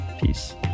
Peace